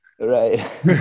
Right